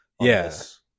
Yes